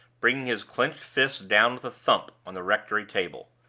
bringing his clinched fist down with a thump on the rectory table.